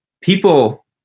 people